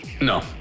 No